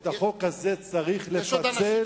את החוק הזה צריך לפצל,